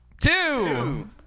Two